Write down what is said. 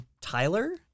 Tyler